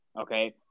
Okay